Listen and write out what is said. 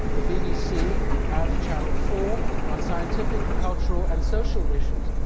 the bbc and channel four on scientific, cultural and social issues,